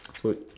so it